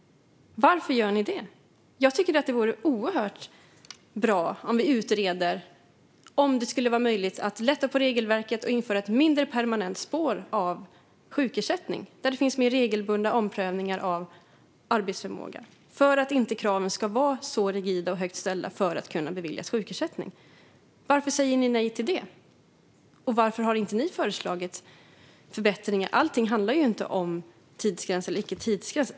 Varför gör ni det? Det vore oerhört bra om vi utreder om det skulle vara möjligt att lätta på regelverket och införa ett mindre permanent spår för sjukersättning, där det finns mer regelbundna omprövningar av arbetsförmågan för att kraven för att beviljas sjukersättning inte ska vara så rigida och högt ställda. Varför säger ni nej till det? Varför har inte ni föreslagit förbättringar? Allting handlar inte om tidsgräns eller icke tidsgräns.